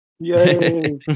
Yay